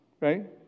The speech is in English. right